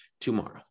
tomorrow